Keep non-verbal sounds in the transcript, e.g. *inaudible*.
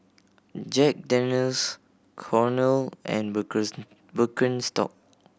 Jack Daniel's Cornell and *unintelligible* Birkenstock